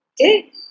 Okay